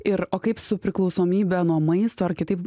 ir o kaip su priklausomybe nuo maisto ar kitaip